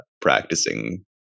practicing